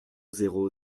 zéro